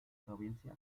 provincia